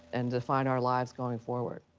and define our lives going forward.